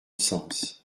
sens